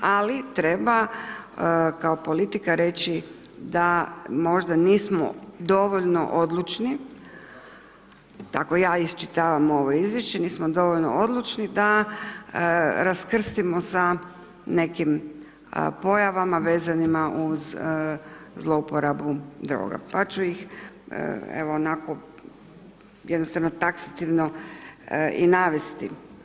Ali treba kao politika reći da možda nismo dovoljno odlučni, tako ja iščitavam ovo izvješće, mi smo dovoljno odlučni da raskrstimo sa nekim pojavama vezanima uz zlouporabu droga, pa ću ih evo onako jednostavno taksativno i navesti.